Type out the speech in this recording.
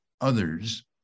others